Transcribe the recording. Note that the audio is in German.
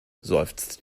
seufzt